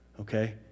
okay